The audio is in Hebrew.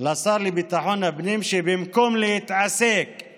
לשר לביטחון הפנים שבמקום להתעסק עם